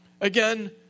Again